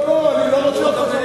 אני לא רוצה את זה.